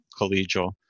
collegial